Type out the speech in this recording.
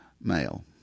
male